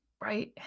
right